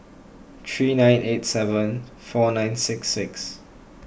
three nine eight seven four nine six six